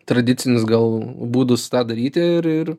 tradicinius gal būdus tą daryti ir ir